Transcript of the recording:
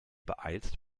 beeilst